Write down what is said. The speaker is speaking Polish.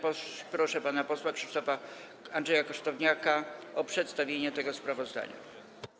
Proszę pana posła Andrzeja Kosztowniaka o przedstawienie tego sprawozdania.